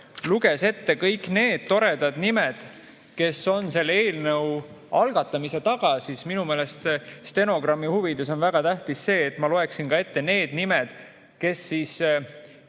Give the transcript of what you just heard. luges ette kõik nende toredate [inimeste] nimed, kes on selle eelnõu algatamise taga, siis minu meelest stenogrammi huvides on väga tähtis see, et ma loeksin ka ette nende [inimeste] nimed,